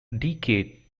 decay